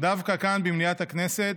דווקא כאן, במליאת הכנסת,